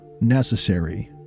necessary